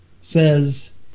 says